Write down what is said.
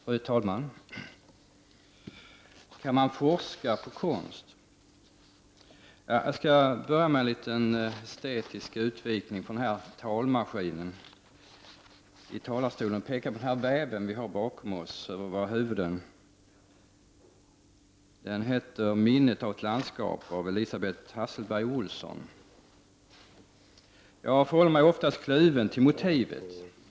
Fru talman! Kan man forska i konst? Jag skall börja med en liten estetisk utvikning och peka på den här väven som vi har bakom oss. Den heter Minnet av ett landskap och är gjord av Elisabeth Hasselberg-Olsson. Jag förhåller mig oftast kluven till motivet.